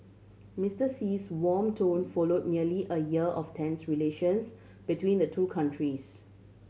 Mister Xi's warm tone follow nearly a year of tense relations between the two countries